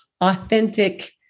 authentic